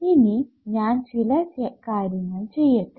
ഇനി ഞാൻ ചില കാര്യങ്ങൾ ചെയ്യട്ടെ